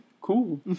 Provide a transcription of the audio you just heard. cool